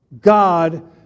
God